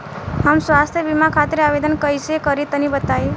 हम स्वास्थ्य बीमा खातिर आवेदन कइसे करि तनि बताई?